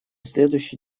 следующий